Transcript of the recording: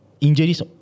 Injuries